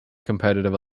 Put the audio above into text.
competitive